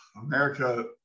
America